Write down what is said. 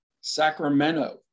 Sacramento